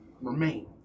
remain